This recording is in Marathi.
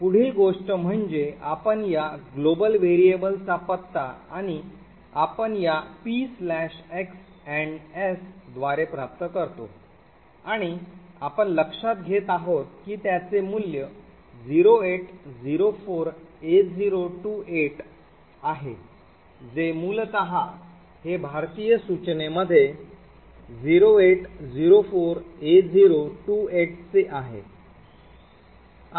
पुढील गोष्ट म्हणजे आपण या ग्लोबल व्हेरिएबल चा पत्ता आणि आपण या pxs द्वारे प्राप्त करतो आणि आपण लक्षात घेत आहोत की त्याचे मूल्य 0804a028 आहे जे मूलतः हे भारतीय सूचनेमध्ये 0804a028 चे आहे